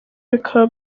bikaba